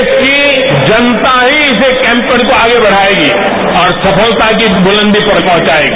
देश की जनता ही इस कैंपेन को आगे बढ़ायेगी और सफलता की बुलंदी पर पहुंचायेगी